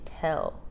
tell